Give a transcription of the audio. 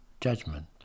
judgment